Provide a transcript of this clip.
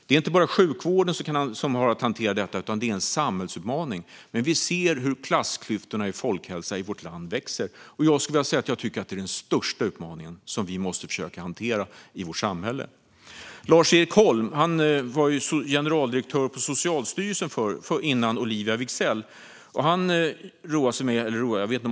Det är inte bara sjukvården som har att hantera detta, utan det är en samhällsutmaning. Men vi ser hur klassklyftorna när det gäller folkhälsan i vårt land växer. Jag tycker att det är den största utmaningen som vi måste försöka hantera i vårt samhälle. Lars-Erik Holm var generaldirektör på Socialstyrelsen före Olivia Wigzell.